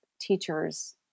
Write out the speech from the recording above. teachers